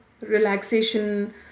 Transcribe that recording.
relaxation